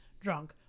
drunk